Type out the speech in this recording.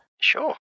Sure